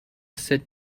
sit